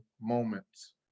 moments